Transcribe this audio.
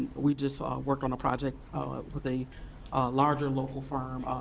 we just worked on a project with a larger local firm,